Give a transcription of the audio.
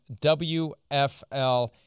WFL